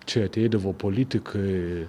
čia ateidavo politikai